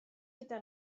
gyda